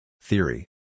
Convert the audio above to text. Theory